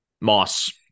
Moss